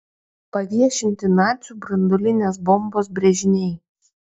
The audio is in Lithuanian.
paviešinti nacių branduolinės bombos brėžiniai